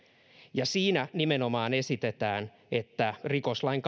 ja siinä nimenomaan esitetään että rikoslain